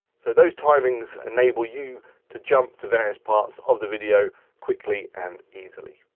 so those timings enable you to jump to various parts of the video quickly and easily.